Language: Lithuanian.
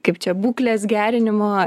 kaip čia būklės gerinimo